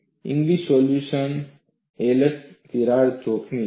English solution alert તિરાડ જોખમી છે